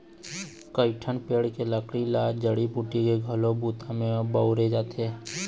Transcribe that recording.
कइठन पेड़ के लकड़ी ल जड़ी बूटी के घलोक बूता म बउरे जाथे